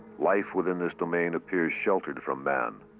life within this domain appears sheltered from man,